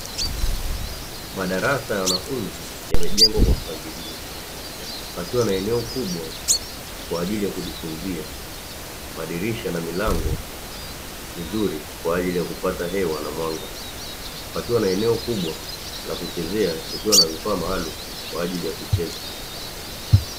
Madarasa ya wanafunzi yamejengwa kwa mpangilio yakiwa na eneo kubwa kwa ajili ya kujifunzia, madirisha na milango vizuri kwa ajili ya kupata hewa na mwanga pakiwa na eneo kubwa la kuchezea likiwa na vifaa maalum kwa ajili ya kucheza.